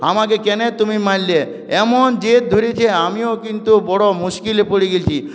আমাকে কেনে তুমি মাইল্যা এমন জেদ ধরেছে আমিও কিন্তু বড় মুশকিলে পড়ে গেইলছি